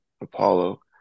Apollo